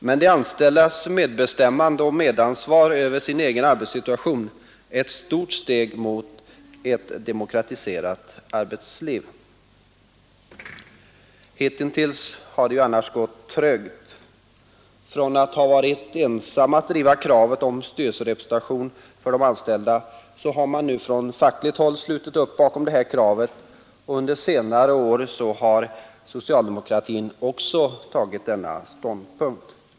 Men de anställdas medbestämmande över och medansvar för sin egen arbetssituation är ett stort steg mot ett demokratiserat arbetsliv. Hittills har det gått trögt. Från att ha varit ensamt om att driva kravet på styrelserepresentation för de anställda har folkpartiet nu fått uppslutning kring detta krav från fackligt håll, och under senare år har socialdemokratin också intagit denna ståndpunkt.